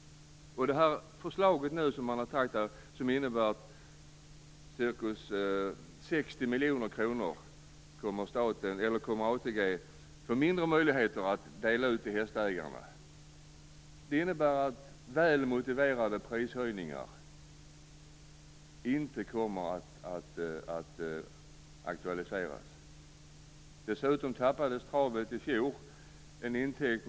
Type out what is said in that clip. Det här förslaget innebär att ATG kommer att få ca 60 miljoner kronor mindre att dela ut till hästägarna. Det betyder att väl motiverade prishöjningar inte kommer att aktualiseras. Dessutom tappade travet i fjol en annan intäkt.